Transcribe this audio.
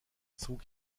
zug